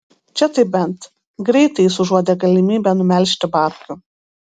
čia tai bent greitai jis užuodė galimybę numelžti babkių